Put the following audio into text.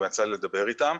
גם יצא לי לדבר איתם.